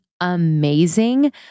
amazing